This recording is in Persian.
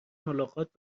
ملاقات